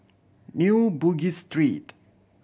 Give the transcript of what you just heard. New Bugis Street